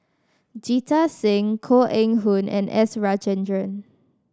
Jita Singh Koh Eng Hoon and S Rajendran